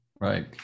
Right